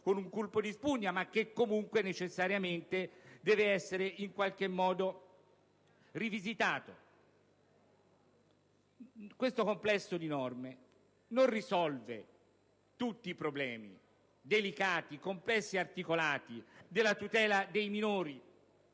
con un colpo di spugna, ma che comunque, necessariamente, deve essere in qualche modo rivisitato. Questo complesso di norme non risolve tutti i problemi delicati, complessi ed articolati della tutela dei minori,